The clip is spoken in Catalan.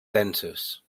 denses